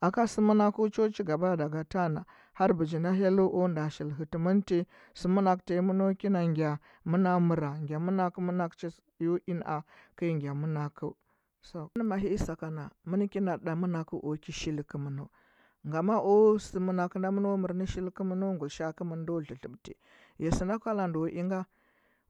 Aka sɚ mɚnakɚu cho cigaba daga tana har bijinda hyellu o nda shili hɚtɚmɚnti sɚmɚnakɚ tanyi mɚno kina ngya mɚno mɚra ngya mɚnak mɚnakcha yo i na’a kɚi ngya mɚnakɚ so ɚnɚ mahii sakana muna kina ɗa mɚnakɚu o ki shili kɚmɚnu ngama o sɚmɚnakɚ ndo mɚno mɚrnɚ shikkɚmɚnu ngulishaa kɚmɚn ndo dlɚdlɚbti ya sɚnda kala ndo i nga,